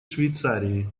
швейцарии